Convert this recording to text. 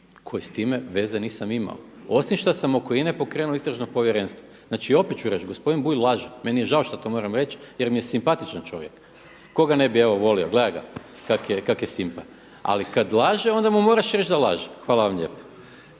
koji s time veze nisam imao, osim što sam oko INA-e pokrenuo istražno povjerenstvo. Znači opet ću reći gospodin Bulj laže. Meni je žao što to moram reći jer mi je simpatičan čovjek. Ko ga ne bi volio? Gledaj ga kak' je simpa, ali kad laže onda mu moraš reći da laže. Hvala vam lijepa.